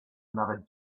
another